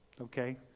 okay